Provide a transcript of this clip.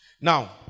now